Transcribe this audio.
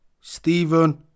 Stephen